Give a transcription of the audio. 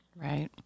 Right